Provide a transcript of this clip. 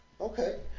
Okay